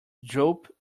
droop